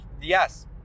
yes